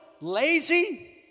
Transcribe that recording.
lazy